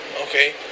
okay